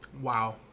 Wow